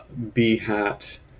bhat